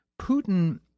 Putin